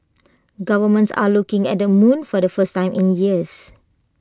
governments are looking at the moon for the first time in years